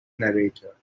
narrator